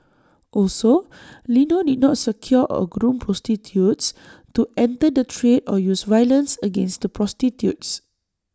also Lino did not secure or groom prostitutes to enter the trade or use violence against the prostitutes